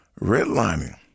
Redlining